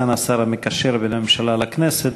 סגן השר המקשר בין הממשלה לכנסת,